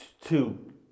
Two